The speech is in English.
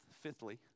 fifthly